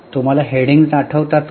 तुम्हाला हेडिंग्ज आठवतात का